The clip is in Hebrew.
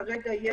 כרגע,